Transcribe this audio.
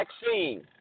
vaccine